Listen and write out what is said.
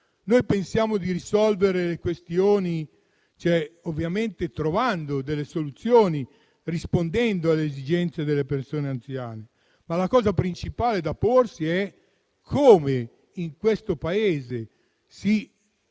Noi pensiamo di risolvere le questioni ovviamente trovando delle soluzioni e rispondendo alle esigenze delle persone anziane. Ma il problema principale da porsi è come questo Paese possa